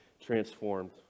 transformed